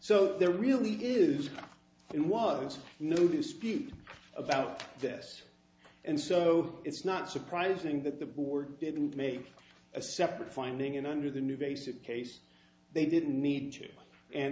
so there really is and was no dispute about this and so it's not surprising that the board didn't make a separate finding and under the new basic case they didn't need to and